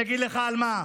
אני אגיד לך על מה,